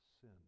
sin